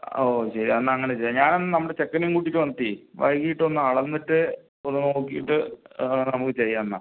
ഓ ശരി എന്നാ അങ്ങനെ ചെയ്യാം ഞാനെന്നാൽ നമ്മുടെ ചെക്കനേയും കൂട്ടിയിട്ട് വന്നിട്ടെ വൈകീട്ടൊന്ന് അളന്നിട്ട് ഒന്ന് നോക്കീട്ട് നമുക്ക് ചെയ്യാം എന്നാൽ